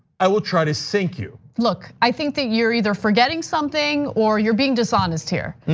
i will try to sink you. look, i think that you're either forgetting something or you're being dishonest here.